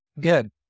Good